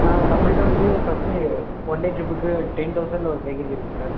ஆ நம்மள்ட்ட வந்து first one day ட்ரிப்புக்கு டென் தௌசண்ட் ஒரு பேக்கேஜ் இருக்குது சார்